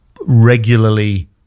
regularly